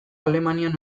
alemanian